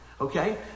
Okay